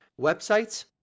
websites